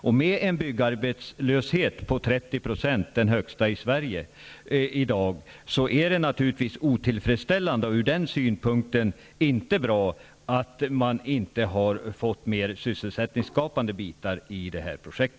Och med en byggarbetslöshet i Gävleborg på 30 % i dag, den högsta i Sverige, är det naturligtvis otillfredsställande att man inte har fått mer sysselsättningsskapande delar i detta projekt.